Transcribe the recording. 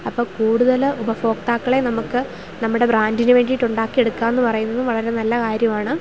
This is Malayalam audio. അപ്പം കൂടുതൽ ഉപഭോക്താക്കളെ നമുക്ക് നമ്മുടെ ബ്രാൻ്റിന് വേണ്ടിയിട്ട് ഉണ്ടാ ക്കി എടുക്കാം എന്നു പറയുന്നത് വളരെ നല്ല കാര്യമാണ്